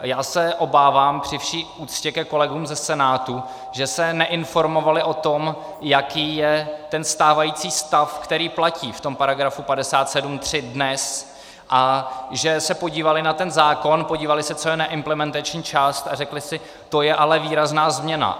A já se obávám, při vší úctě ke kolegům ze Senátu, že se neinformovali o tom, jaký je stávající stav, který platí v tom paragrafu 57 3 dnes a že se podívali na ten zákon, podívali se, co je neimplementační část, a řekli si: to je ale výrazná změna.